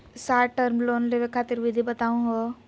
Short term loan लेवे खातीर विधि बताहु हो?